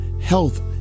health